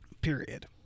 Period